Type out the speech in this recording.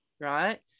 right